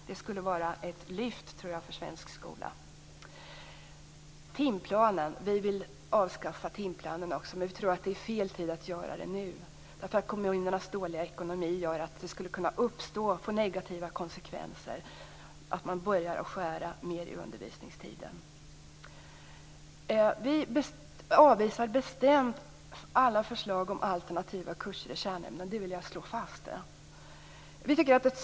Det skulle vara ett lyft för svensk skola. Vi vill avskaffa timplanen, men vi tror att det är fel tid att göra det nu. Kommunernas dåliga ekonomi gör att det skulle kunna få negativa konsekvenser, som att man började skära ned på undervisningstiden. Vi avvisar bestämt alla förslag om alternativa kurser i kärnämnen. Det vill jag slå fast.